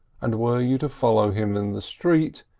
and were you to follow him in the street,